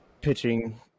pitching